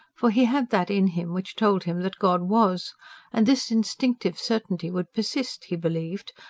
for he had that in him which told him that god was and this instinctive certainty would persist, he believed,